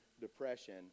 depression